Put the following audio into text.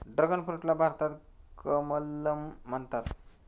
dragon फ्रूटला भारतात कमलम म्हणतात